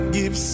give